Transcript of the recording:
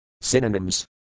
Synonyms